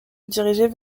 dirigeaient